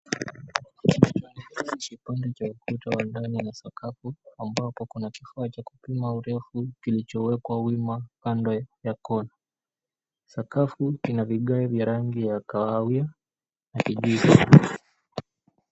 Cha ukuta wa ndani wa sakafu ambapo kuna kifaa cha kupima urefu kilichowekwa wima kando ya corner . Sakafu ina vigae vya rangi ya kahawia na kijivu.